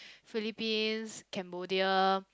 Philippines Cambodia